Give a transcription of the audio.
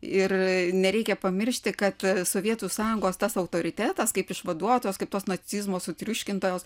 ir nereikia pamiršti kad sovietų sąjungos tas autoritetas kaip išvaduotojos kaip tos nacizmo sutriuškintojos